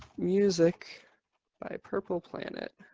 music by purple planet.